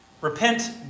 Repent